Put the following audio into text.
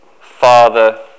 Father